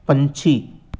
ਪੰਛੀ